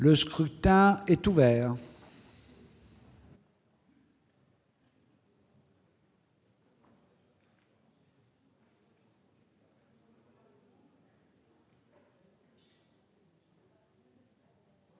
Le scrutin est ouvert.